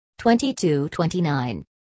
22-29